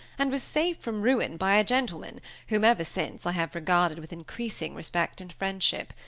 and was saved from ruin by a gentleman whom, ever since, i have regarded with increasing respect and friendship.